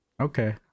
Okay